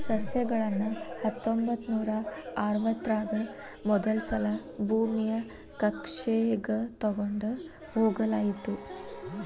ಸಸ್ಯಗಳನ್ನ ಹತ್ತೊಂಬತ್ತನೂರಾ ಅರವತ್ತರಾಗ ಮೊದಲಸಲಾ ಭೂಮಿಯ ಕಕ್ಷೆಗ ತೊಗೊಂಡ್ ಹೋಗಲಾಯಿತು